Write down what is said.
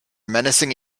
menacing